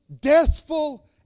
deathful